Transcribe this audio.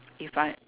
if I